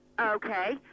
Okay